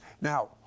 Now